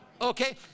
Okay